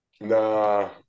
Nah